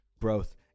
growth